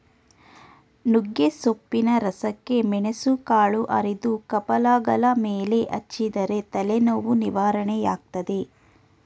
ನುಗ್ಗೆಸೊಪ್ಪಿನ ರಸಕ್ಕೆ ಮೆಣಸುಕಾಳು ಅರೆದು ಕಪಾಲಗಲ ಮೇಲೆ ಹಚ್ಚಿದರೆ ತಲೆನೋವು ನಿವಾರಣೆಯಾಗ್ತದೆ